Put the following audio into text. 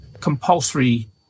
compulsory